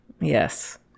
Yes